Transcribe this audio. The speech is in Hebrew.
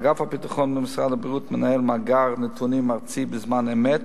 אגף הביטחון במשרד הבריאות מנהל מאגר נתונים ארצי בזמן אמת